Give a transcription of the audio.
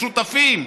משותפים.